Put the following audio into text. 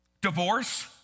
divorce